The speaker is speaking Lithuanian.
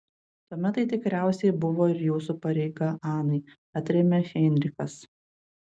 tuomet tai tikriausiai buvo ir jūsų pareiga anai atrėmė heinrichas